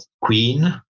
Queen